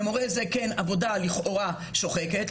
ולכאורה זו עבודה שוחקת,